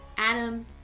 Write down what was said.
Adam